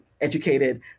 educated